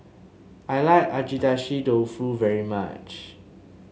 I like Agedashi Dofu very much